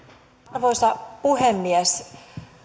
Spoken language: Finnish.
arvoisa puhemies